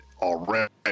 already